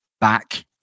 back